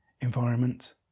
environment